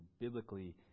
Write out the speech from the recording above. biblically